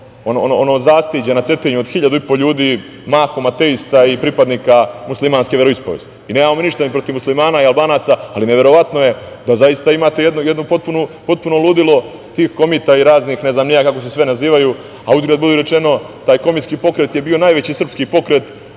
ono zastiđe na Cetinju od 1.500 ljudi, mahom ateista i pripadnika muslimanske veroispovesti. Nemamo ništa ni protiv muslimana i Albanaca, ali neverovatno je da zaista imate jedno potpuno ludilo tih komita i raznih, ne znam ni ja kako se sve nazivaju, a uzgred budi rečeno taj komitski pokret je bio najveći srpski pokret.